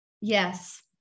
yes